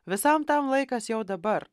visam tam laikas jau dabar